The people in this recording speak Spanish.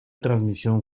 transmisión